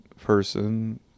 person